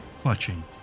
clutching